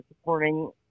supporting